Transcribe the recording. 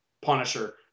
Punisher